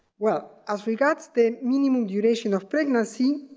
well, as regards the minimum duration of pregnancy,